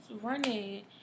running